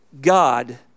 God